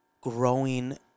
growing